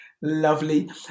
lovely